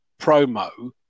promo